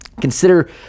Consider